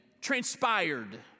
transpired